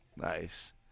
Nice